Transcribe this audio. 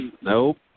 Nope